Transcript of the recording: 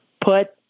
put